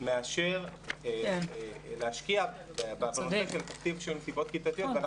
מאשר להשקיע בתקציב של מסיבות כיתתיות.